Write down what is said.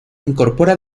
incorpora